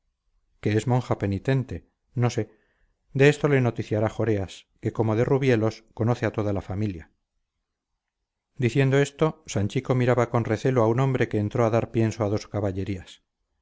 que es monja penitente no sé de esto le noticiará joreas que como de rubielos conoce a toda la familia diciendo esto sanchico miraba con recelo a un hombre que entró a dar pienso a dos caballerías